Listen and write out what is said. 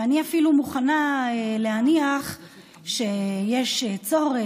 ואני אפילו מוכנה להניח שיש צורך,